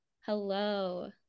hello